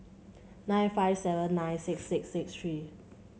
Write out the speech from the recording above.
nine five seven nine six six six three